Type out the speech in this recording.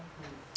mm